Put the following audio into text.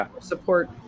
support